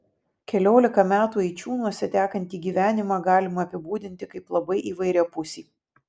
keliolika metų eičiūnuose tekantį gyvenimą galima apibūdinti kaip labai įvairiapusį